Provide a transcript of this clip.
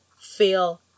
feel